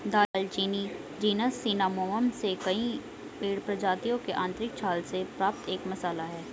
दालचीनी genus Cinnamomum से कई पेड़ प्रजातियों की आंतरिक छाल से प्राप्त एक मसाला है